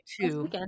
two